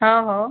हो हो